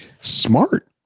Smart